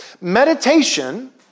Meditation